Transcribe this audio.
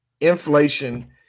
inflation